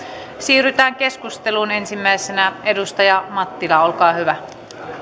siirrytään keskusteluun ensimmäisenä edustaja mattila olkaa hyvä